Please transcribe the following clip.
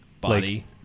body